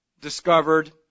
discovered